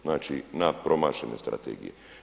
Znači, na promašene strategije.